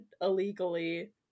illegally